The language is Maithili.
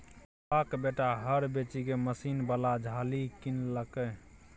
मंगरुआक बेटा हर बेचिकए मशीन बला झालि किनलकै